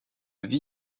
vie